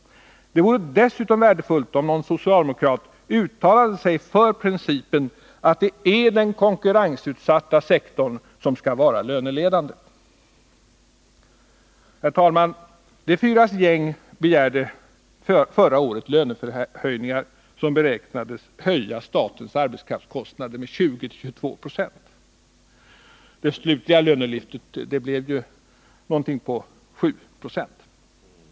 Det vore dessutom värdefullt om någon socialdemokrat uttalade sig för principen att det är den konkurrensutsatta sektorn som skall vara löneledande. Herr talman! De fyras gäng begärde förra året löneförhöjningar som beräknades höja statens arbetskraftskostnader med 20-22 20. Det slutliga lönelyftet blev ungefär 7 90.